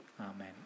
Amen